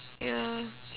ya